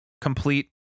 complete